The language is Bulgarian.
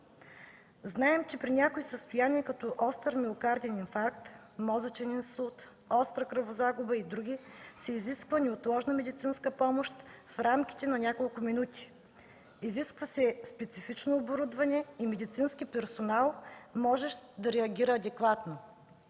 Знаем, че при някои състояния като остър миокарден инфаркт, мозъчен инсулт, остра кръвозагуба и други се изисква неотложна медицинска помощ в рамките на няколко минути. Изисква се специфично оборудване и медицински персонал, можещ да реагира адекватно.